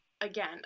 again